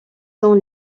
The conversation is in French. sont